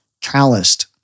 calloused